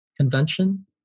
Convention